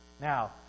Now